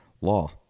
law